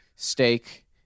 Steak